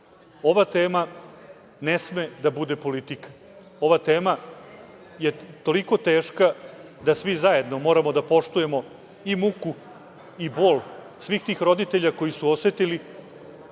ova tema ne sme da bude politika. Ova tema je toliko teška da svi zajedno moramo da poštujemo i muku i bol svih tih roditelja koji su osetili